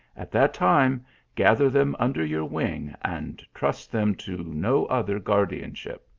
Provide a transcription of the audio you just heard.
at that time gather them under your wing, and trust them to no other guardianship.